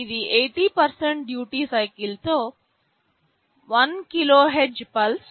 ఇది 80 duty cycle తో 1 KHz pulse